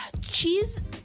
cheese